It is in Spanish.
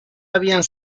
habían